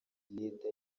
leta